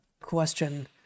question